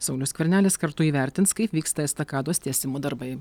saulius skvernelis kartu įvertins kaip vyksta estakados tiesimo darbai